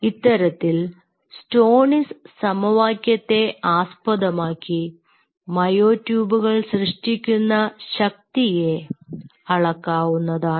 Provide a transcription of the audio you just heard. ഇത്തരത്തിൽ സ്റ്റോണിസ് സമവാക്യത്തെ ആസ്പദമാക്കി മയോ ട്യൂബുകൾ സൃഷ്ടിക്കുന്ന ശക്തിയെ അളക്കാവുന്നതാണ്